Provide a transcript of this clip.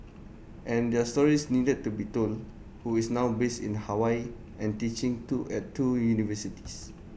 and their stories needed to be told who is now based in Hawaii and teaching two at two universities